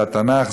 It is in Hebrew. זה התנ"ך,